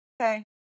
okay